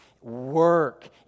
work